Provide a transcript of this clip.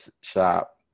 shop